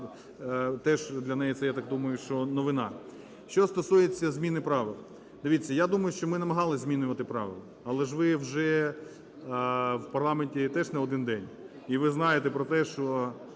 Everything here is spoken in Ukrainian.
теж для неї це, я так думаю, що новина. Що стосується зміни правил. Дивіться, я думаю, що ми намагалися змінювати правила, але ж ви вже в парламенті теж не один день, і ви знаєте про те, що